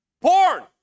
Porn